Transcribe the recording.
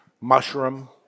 mushroom